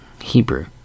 Hebrew